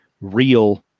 real